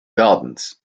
gardens